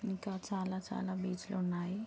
ఇంకా చాలా చాలా బీచులున్నాయి